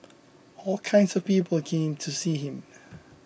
all kinds of people came to see him